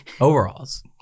overalls